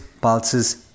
pulses